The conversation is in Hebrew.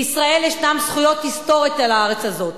לישראל ישנן זכויות היסטוריות על הארץ הזאת.